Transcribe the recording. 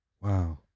Wow